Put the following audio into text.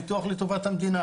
ביטוח לטובת המדינה.